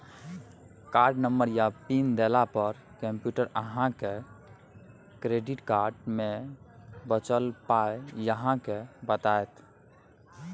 card number आ pin देला पर कंप्यूटर अहाँक क्रेडिट कार्ड मे बचल पाइ अहाँ केँ बताएत